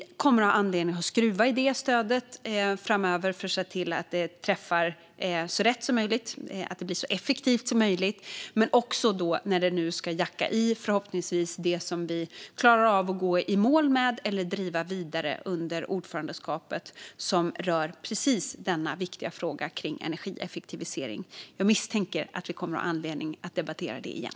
Vi kommer att ha anledning att skruva i det stödet framöver för att se till att det träffar så rätt som möjligt och blir så effektivt som möjligt, när det nu också förhoppningsvis ska jacka i det som vi klarar av att gå i mål med eller driva vidare under ordförandeskapet när det gäller just den viktiga frågan om energieffektivisering. Jag misstänker att vi kommer att ha anledning att debattera detta igen.